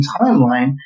timeline